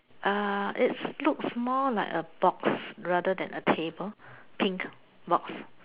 uh its looks more like a box rather than a table pink box